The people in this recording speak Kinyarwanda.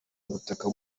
ubutaka